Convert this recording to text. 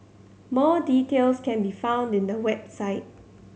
more details can be found in the website